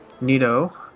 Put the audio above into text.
Nito